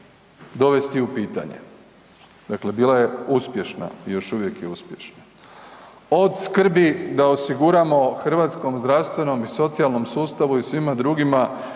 dovesti u pitanje, dakle bila je uspješna i još uvijek je uspješna, od skrbi da osiguramo hrvatskom zdravstvenom i socijalnom sustavu i svima drugima